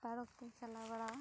ᱛᱟᱨᱚᱠᱛᱮᱧ ᱪᱟᱞᱟᱣ ᱵᱟᱲᱟᱣᱟ